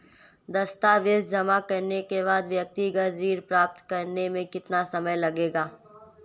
दस्तावेज़ जमा करने के बाद व्यक्तिगत ऋण प्राप्त करने में कितना समय लगेगा?